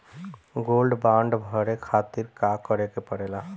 Gold bond भरे खातिर का करेके पड़ेला?